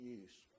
use